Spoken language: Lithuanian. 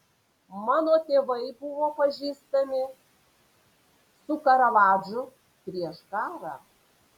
mano tėvai buvo pažįstami su karavadžu prieš karą